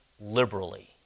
liberally